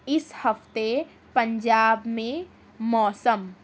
اِس ہفتے پنجاب میں موسم